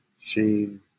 Shane